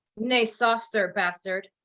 nay soft, sir bastard,